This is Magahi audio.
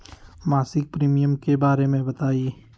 मासिक प्रीमियम के बारे मे बताई?